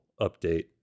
update